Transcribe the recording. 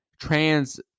Trans